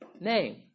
name